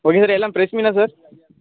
okay sir எல்லாம் fresh மீனா sir